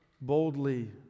boldly